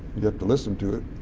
you have to listen to it,